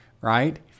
right